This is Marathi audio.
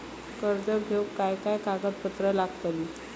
कर्ज घेऊक काय काय कागदपत्र लागतली?